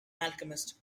alchemist